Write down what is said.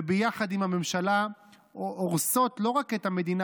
וביחד עם הממשלה הורסות לא רק את המדינה